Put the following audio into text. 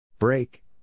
Break